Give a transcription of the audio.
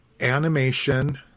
animation